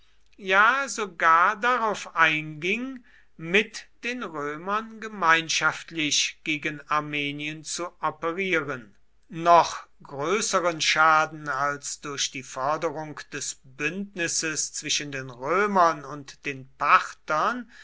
ja sogar darauf einging mit den römern gemeinschaftlich gegen armenien zu operieren noch größeren schaden als durch die förderung des bündnisses zwischen den römern und den parthern